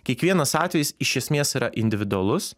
kiekvienas atvejis iš esmės yra individualus